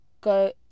go